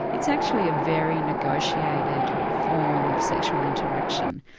it's actually a very negotiated form of sexual interaction.